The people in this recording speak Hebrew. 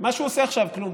מה שהוא עושה עכשיו, כלום.